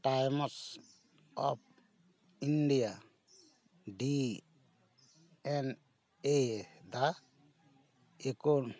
Times of India D N A the economic